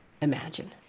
imagine